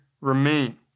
remain